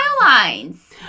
lines